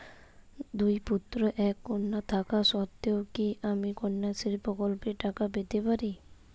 দুই পুত্র এক কন্যা থাকা সত্ত্বেও কি আমি কন্যাশ্রী প্রকল্পে টাকা পেতে পারি?